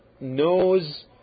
knows